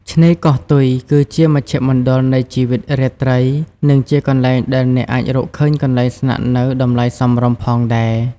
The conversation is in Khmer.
ឆ្នេរកោះទុយ គឺជាមជ្ឈមណ្ឌលនៃជីវិតរាត្រី និងជាកន្លែងដែលអ្នកអាចរកឃើញកន្លែងស្នាក់នៅតម្លៃសមរម្យផងដែរ។